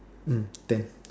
mm ten